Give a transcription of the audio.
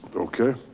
but okay.